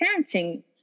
parenting